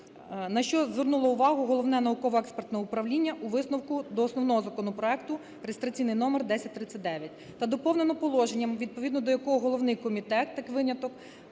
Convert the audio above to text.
на що звернуло увагу Головне науково-експертне управління у висновку до основного законопроекту (реєстраційний номер 1039) та доповнено положенням, відповідно до якого головний комітет, як виняток,